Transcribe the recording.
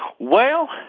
well,